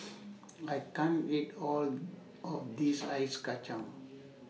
I can't eat All of This Ice Kachang